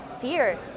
fear